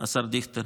השר דיכטר?